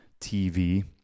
TV